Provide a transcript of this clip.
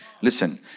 Listen